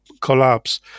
collapse